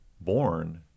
born